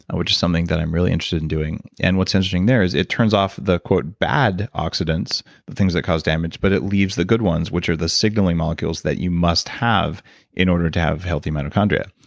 and which is something that i'm really interested in doing. and what's interesting there is it turns off the bad oxidants, and things that cause damage, but it leaves the good ones, which are the signaling molecules that you must have in order to have healthy mitochondria.